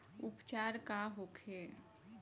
उपचार का होखे?